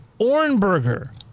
Ornberger